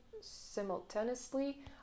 simultaneously